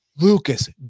Lucas